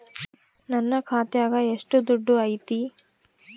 ನನ್ನ ಖಾತ್ಯಾಗ ಎಷ್ಟು ದುಡ್ಡು ಐತಿ?